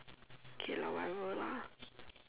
K lor whatever lah